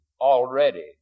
already